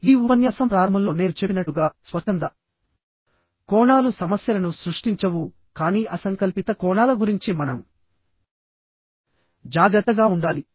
ఈ ఉపన్యాసం ప్రారంభంలో నేను చెప్పినట్లుగా స్వచ్ఛంద కోణాలు సమస్యలను సృష్టించవు కానీ అసంకల్పిత కోణాల గురించి మనం జాగ్రత్తగా ఉండాలి